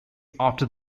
after